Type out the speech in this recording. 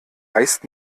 heißt